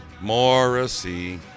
Morrissey